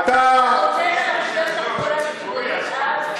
זה שייך לנושא תחבורה ציבורית?